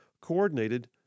coordinated